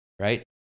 right